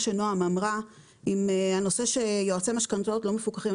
שנעם אמרה בנושא של יועצי משכנתאות לא מפוקחים.